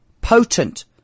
Potent